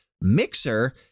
Mixer